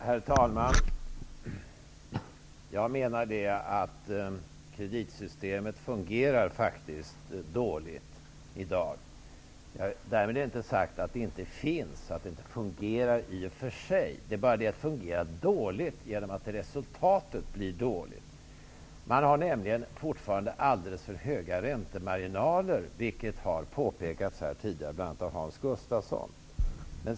Herr talman! Jag menar att kreditsystemet faktiskt fungerar dåligt i dag. Därmed inte sagt att det inte finns eller inte alls fungerar i och för sig. Det är bara det att det fungerar dåligt så till vida att resultatet blir dåligt. Man har nämligen fortfarande alldeles för höga räntemarginaler, vilket har påpekats här tidigare av bl.a. Hans Gustafsson.